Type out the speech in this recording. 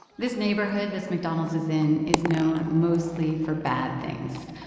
this neighborhood this mcdonald's is in is known mostly for bad things.